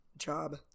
Job